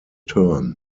term